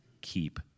keep